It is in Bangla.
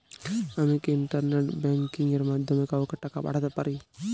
আমি কি ইন্টারনেট ব্যাংকিং এর মাধ্যমে কাওকে টাকা পাঠাতে পারি?